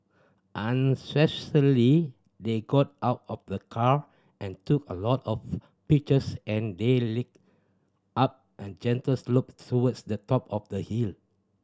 they got out of the car and took a lot of pictures and they up a gentle slope towards the top of the hill